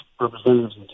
Representatives